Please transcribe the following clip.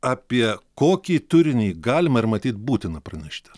apie kokį turinį galima ir matyt būtina pranešti